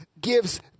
gives